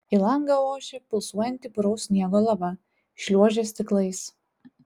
į langą ošė pulsuojanti puraus sniego lava šliuožė stiklais